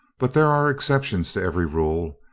but there are exceptions to every rule,